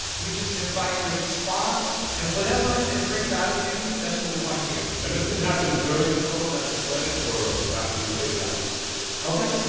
we just invite your response. and whatever it brings out of you, that's what we want to hear and this can happen during the song as its playing or after we fade it out ok.